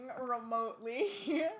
remotely